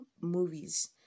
movies